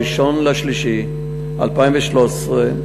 1 במרס 2013,